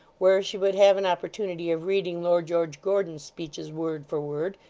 where she would have an opportunity of reading lord george gordon's speeches word for word,